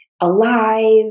alive